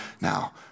Now